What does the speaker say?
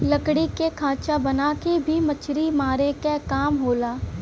लकड़ी के खांचा बना के भी मछरी मारे क काम होला